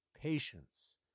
patience